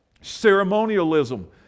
ceremonialism